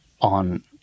on